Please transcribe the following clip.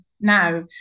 now